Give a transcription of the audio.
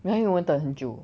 then 我们等很久